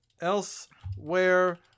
Elsewhere